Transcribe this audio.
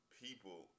people